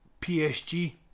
PSG